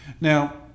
Now